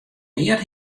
neat